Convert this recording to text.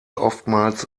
oftmals